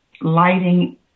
lighting